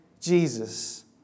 Jesus